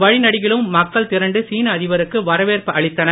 வழிநெடுகிலும் மக்கள் திரண்டு சீன அதிபருக்கு வரவேற்பு அளித்தனர்